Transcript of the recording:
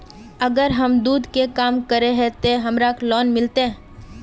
अगर हम दूध के काम करे है ते हमरा लोन मिलते?